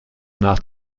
nach